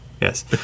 yes